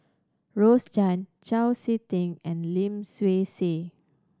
Rose Chan Chau Sik Ting and Lim Swee Say